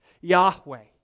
Yahweh